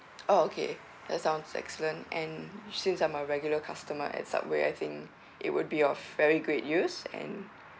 oh okay that sounds excellent and since I'm a regular customer at subway I think it would be of very great use and